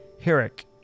Herrick